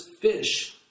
fish